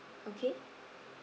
okay